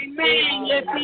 amen